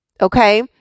okay